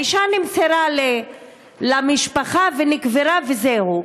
האישה נמסרה למשפחה, ונקברה, וזהו.